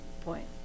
point